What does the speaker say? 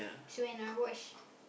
so when I watch